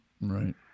right